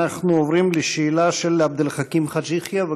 אנחנו עוברים לשאלה של עבד אל חכים חאג' יחיא.